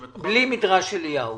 שמתוכן -- בלי "מדרש אליהו"?